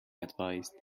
advised